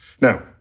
Now